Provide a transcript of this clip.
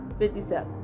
57